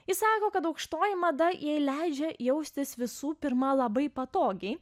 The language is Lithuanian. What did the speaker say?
ji sako kad aukštoji mada jai leidžia jaustis visų pirma labai patogiai